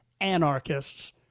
anarchists